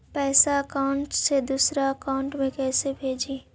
पैसा अकाउंट से दूसरा अकाउंट में कैसे भेजे?